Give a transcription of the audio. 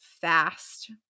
fast